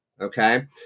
Okay